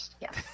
Yes